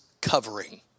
covering